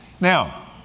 Now